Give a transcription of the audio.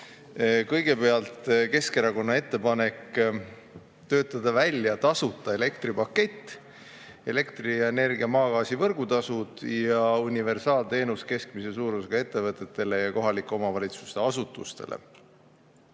kolm osa: Keskerakonna ettepanek töötada välja tasuta elektripakett, elektrienergia ja maagaasi võrgutasud ning universaalteenus keskmise suurusega ettevõtetele ja kohalike omavalitsuste asutustele. Pärast